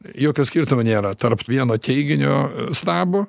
jokio skirtumo nėra tarp vieno teiginio stabo